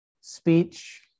Speech